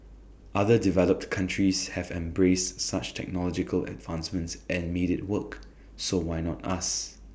other developed countries have embraced such technological advancements and made IT work so why not us